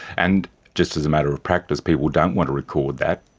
and just as a matter of practice people don't want to record that,